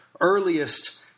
earliest